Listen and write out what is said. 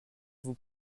vous